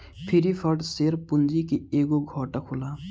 preferred share पूंजी के एगो घटक होला